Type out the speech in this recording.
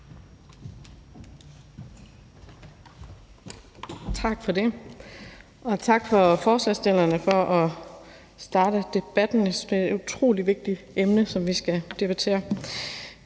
Tak for det, og tak til forespørgerne for at starte debatten. Jeg synes, det er et utrolig vigtigt emne, som vi skal debattere.